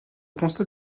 constat